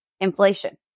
inflation